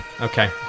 Okay